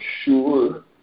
sure